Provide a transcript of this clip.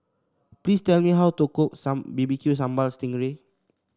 please tell me how to cook B B Q Sambal Sting Ray